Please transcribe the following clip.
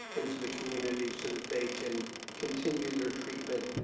into the community so that they can continue their treatment